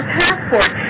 passport